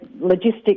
logistics